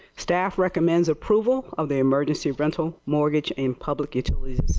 staff recommends approval of the emergency rental mortgage and public utility?